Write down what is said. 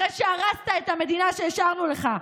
אחרי שהרסת את המדינה שהשארנו לך.